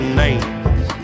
names